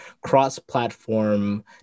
cross-platform